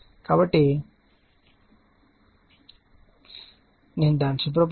కాబట్టి నేను దానిని శుభ్ర పరుస్తాను